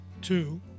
Two